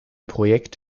projekt